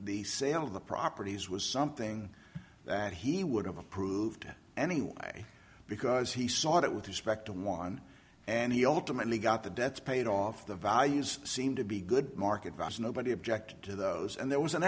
the sale of the properties was something that he would have approved it anyway because he saw it with respect to one and he ultimately got the debts paid off the values seem to be good market because nobody objected to those and there was an